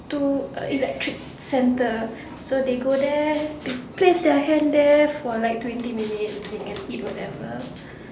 to a electric center so they go there they place their hand there for like twenty minutes they can eat whatever